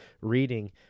reading